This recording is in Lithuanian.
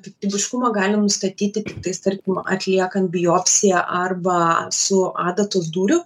piktybiškumą galim nustatyti tiktais tarkim atliekant biopsiją arba su adatos dūriu